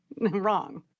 wrong